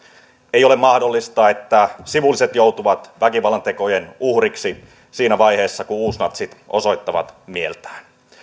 eikä ole mahdollista että sivulliset joutuvat väkivallantekojen uhriksi siinä vaiheessa kun uusnatsit osoittavat mieltään